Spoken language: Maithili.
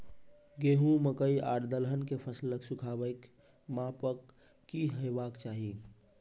गेहूँ, मकई आर दलहन के फसलक सुखाबैक मापक की हेवाक चाही?